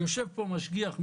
יושב פה משגיח,